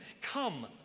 come